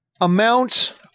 amount